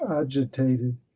agitated